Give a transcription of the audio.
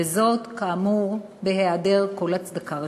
וזאת כאמור בהיעדר כל הצדקה רפואית.